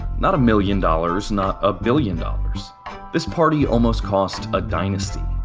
not a million dollars not a billion dollars this party almost cost a dynasty.